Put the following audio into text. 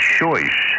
choice